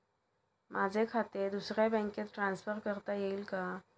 माझे खाते दुसऱ्या बँकेत ट्रान्सफर करता येईल का?